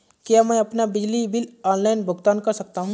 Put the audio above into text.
क्या मैं अपना बिजली बिल ऑनलाइन भुगतान कर सकता हूँ?